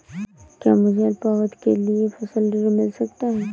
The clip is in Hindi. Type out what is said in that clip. क्या मुझे अल्पावधि के लिए फसल ऋण मिल सकता है?